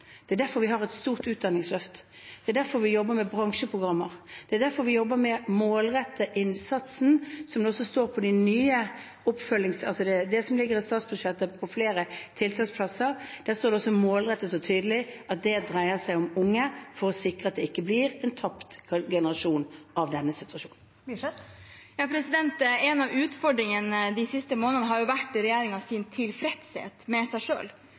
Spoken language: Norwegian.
Det er derfor vi har et stort utdanningsløft. Det er derfor vi jobber med bransjeprogrammer. Det er derfor vi jobber med å målrette innsatsen, som det også står i det som ligger i statsbudsjettet om flere tiltaksplasser. Der står det også målrettet og tydelig at det dreier seg om unge for å sikre at det ikke blir en tapt generasjon av denne situasjonen. Cecilie Myrseth – til oppfølgingsspørsmål. En av utfordringene de siste månedene har vært regjeringens tilfredshet med seg